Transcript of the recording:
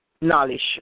knowledge